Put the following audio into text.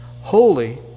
Holy